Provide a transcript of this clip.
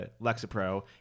Lexapro